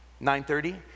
9.30